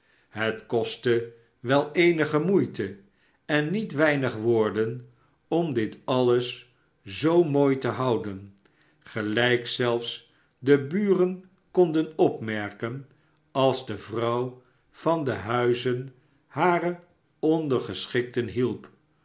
het kostte wel eenige moeite en niet weinig woorden om dit alles zoo mooi te houden gelijk zelfs de buren konden opmerken als de vrouw van den huize hare ondergeschikten hielp